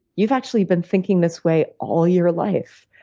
you've actually been thinking this way all your life.